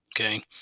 Okay